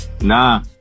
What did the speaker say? nah